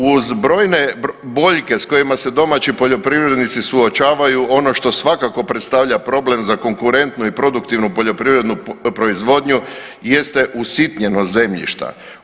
Uz brojne boljke sa kojima se domaći poljoprivrednici suočavaju ono što svakako predstavlja problem za konkurentnu i produktivnu poljoprivrednu proizvodnju jeste usitnjenost zemljišta.